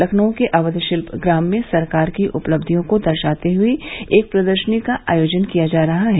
लखनऊ के अवध शिल्प ग्राम में सरकार की उपलब्धियों को दर्शाते हुई एक प्रदर्शनी का आयोजन किया जा रहा है